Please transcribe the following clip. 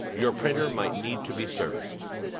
your printer might need to be serviced.